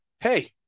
hey